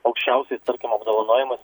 aukščiausiais tarkim apdovanojimais